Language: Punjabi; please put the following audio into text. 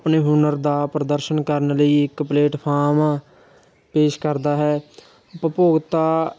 ਆਪਣੇ ਹੁਨਰ ਦਾ ਪ੍ਰਦਰਸ਼ਨ ਕਰਨ ਲਈ ਇੱਕ ਪਲੇਟਫਾਰਮ ਪੇਸ਼ ਕਰਦਾ ਹੈ ਉਪਭੋਗਤਾ